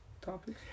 Topic